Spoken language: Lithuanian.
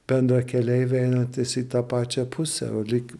bendrakeleiviai einantys į tą pačią pusę o lyg